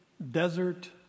Desert